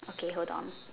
okay hold on